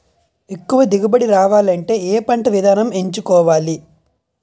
ఎక్కువ దిగుబడి రావాలంటే ఏ పంట విధానం ఎంచుకోవాలి?